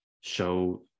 show